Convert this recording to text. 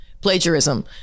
plagiarism